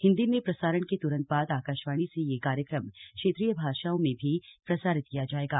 हिन्दी में प्रसारण के त्रंत बाद आकाशवाणी से यह कार्यक्रम क्षेत्रीय भाषाओं में भी प्रसारित किया जाएगा